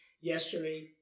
yesterday